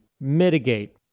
mitigate